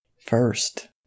First